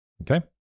Okay